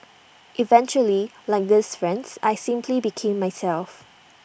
eventually like these friends I simply became myself